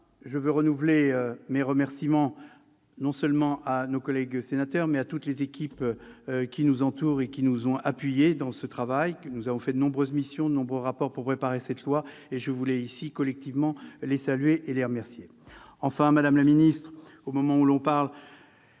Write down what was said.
je tiens à renouveler mes remerciements non seulement à nos collègues sénateurs, mais aussi aux équipes qui nous entourent et qui nous ont appuyés dans ce travail. Nous avons conduit de nombreuses missions, rédigé de nombreux rapports pour préparer cette loi, et je voulais ici, collectivement, les saluer et les remercier. Enfin, madame la ministre, au moment où l'on parle